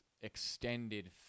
extended